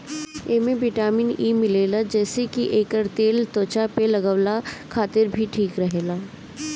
एमे vitamin E मिलेला जेसे की एकर तेल त्वचा पे लगवला खातिर भी ठीक रहेला